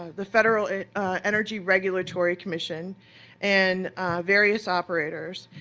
the federal energy regulatory commission and various operators,